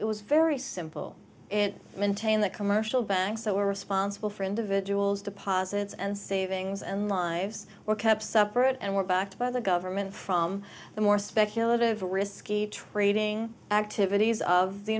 it was very simple and maintained the commercial banks that were responsible for individuals deposits and savings and lives were kept separate and were backed by the government from the more speculative risky trading activities of the